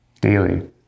daily